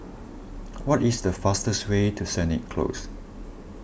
what is the fastest way to Sennett Close